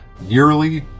nearly